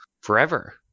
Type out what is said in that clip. forever